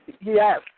Yes